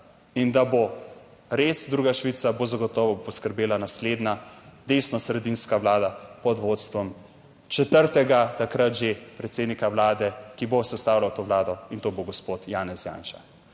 in da bo res druga Švica, bo zagotovo poskrbela naslednja desnosredinska vlada pod vodstvom četrtega takrat že predsednika Vlade, ki bo sestavljal to vlado in to bo gospod Janez Janša.